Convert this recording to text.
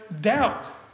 doubt